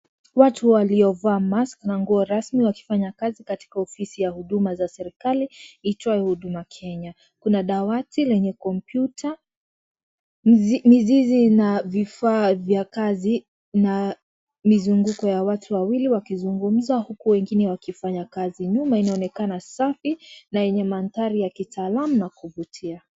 Watu waliovaa (CS)mask(CS)na nguo rasmi wakifanya kazi katika ofisi ya Huduma za serikali iitwayo huduma Kenya. Kuna dawati lenye kompyuta mizizi na vifaa vya kazi na NI zunguko ya watu wawili wakizungumza huku wengine wakifanya kazi. Nyuma Inaonekana safi na yenye mandhari ya kitaalam na kuvutia.